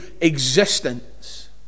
existence